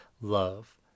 love